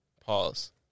Pause